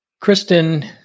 Kristen